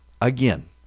Again